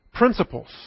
principles